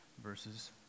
verses